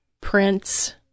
Prince